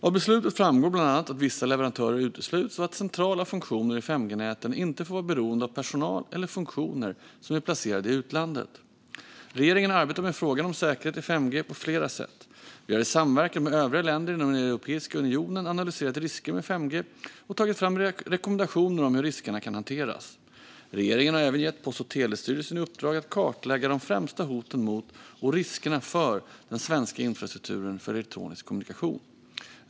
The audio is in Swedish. Av beslutet framgår bland annat att vissa leverantörer utesluts och att centrala funktioner i 5G-näten inte får vara beroende av personal eller funktioner som är placerade i utlandet. Regeringen arbetar med frågan om säkerhet i 5G på flera sätt. Vi har i samverkan med övriga länder inom Europeiska unionen analyserat risker med 5G och tagit fram rekommendationer om hur riskerna kan hanteras. Regeringen har även gett Post och telestyrelsen i uppdrag att kartlägga de främsta hoten mot och riskerna för den svenska infrastrukturen för elektronisk kommunikation.